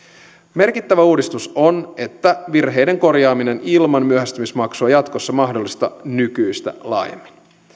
merkittävä uudistus on että virheiden korjaaminen ilman myöhästymismaksua on jatkossa mahdollista nykyistä laajemmin